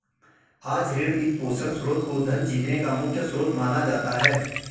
आज ऋण, वित्तपोषण स्रोत को धन जीतने का मुख्य स्रोत माना जाता है